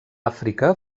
àfrica